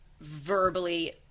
verbally